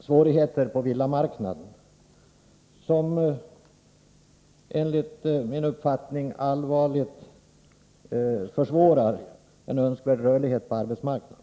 svårigheter på villamarknaden, något som enligt min uppfattning allvarligt försvårat en Önskvärd rörlighet på arbetsmarknaden.